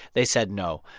they said no,